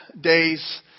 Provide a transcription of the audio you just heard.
Days